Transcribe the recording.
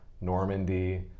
Normandy